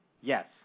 Yes